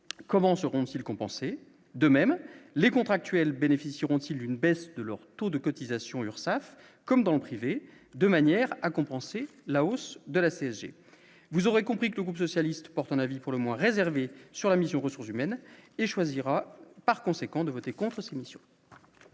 comment seront-ils compensés de même les contractuels bénéficieront-t-il une baisse de leur taux de cotisations Urssaf, comme dans le privé, de manière à compenser la hausse de la CSG, vous aurez compris que le groupe socialiste porte un avis pour le moins réservé sur la mission Ressources humaines et choisira par conséquent de voter contre sa mission.